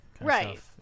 Right